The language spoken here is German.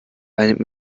einem